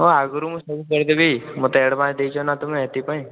ହଁ ଆଗରୁ ମୁଁ ସବୁ ଦେଇଦେବି ମୋତେ ଆଡ଼ଭାନ୍ସ ଦେଇଛ ନା ତୁମେ ସେଥିପାଇଁ